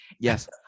Yes